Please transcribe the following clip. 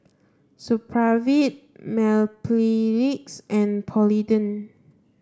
Supravit Mepilex and Polident